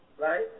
Right